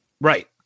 Right